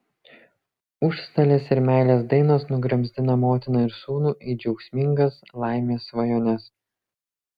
užstalės ir meilės dainos nugramzdina motiną ir sūnų į džiaugsmingas laimės svajones